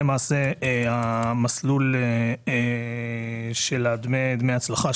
למעשה, זה המסלול של דמי הצלחה,